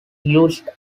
used